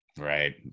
Right